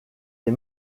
des